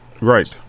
Right